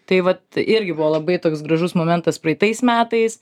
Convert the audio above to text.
tai vat irgi buvo labai toks gražus momentas praeitais metais